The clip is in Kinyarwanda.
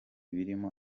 birimo